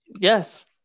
Yes